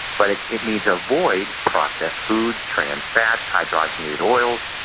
but it it means avoid processed foods, trans fats, hydrogenated oils,